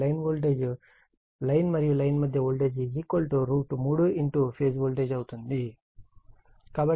మరియు లైన్ మరియు లైన్ మధ్య వోల్టేజ్ 3 ఫేజ్ వోల్టేజ్ అవుతుంది